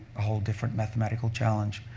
a whole different mathematical challenge.